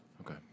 Okay